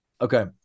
Okay